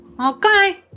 okay